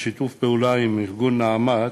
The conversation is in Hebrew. בשיתוף פעולה עם ארגון "נעמת",